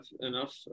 enough